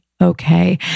Okay